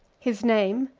his name,